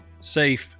safe